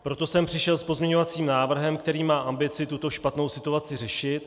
Proto jsem přišel s pozměňovacím návrhem, který má ambici tuto špatnou situaci řešit.